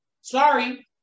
Sorry